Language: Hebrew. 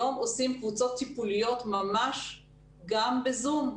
היום עושים קבוצות טיפוליות ממש גם בזום.